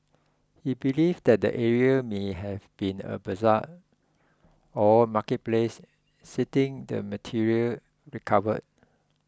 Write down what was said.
he believed that the area may have been a bazaar or marketplace citing the material recovered